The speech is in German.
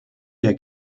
der